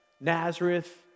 Nazareth